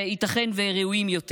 וייתכן שראויים יותר.